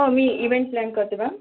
हो मी event plan करते मॅम